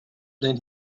than